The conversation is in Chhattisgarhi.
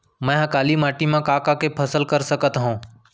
मै ह काली माटी मा का का के फसल कर सकत हव?